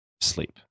sleep